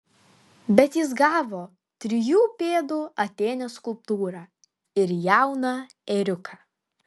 bet jis gavo trijų pėdų atėnės skulptūrą ir jauną ėriuką